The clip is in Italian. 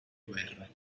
guerre